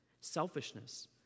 selfishness